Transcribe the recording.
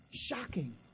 Shocking